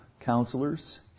counselors